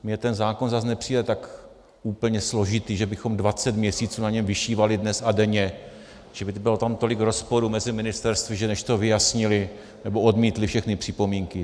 Mně ten zákon zase nepřijde tak úplně složitý, že bychom dvacet měsíců na něm vyšívali dnes a denně, že by tam bylo tolik rozporů mezi ministerstvy, než to vyjasnili nebo odmítli všechny připomínky.